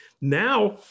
Now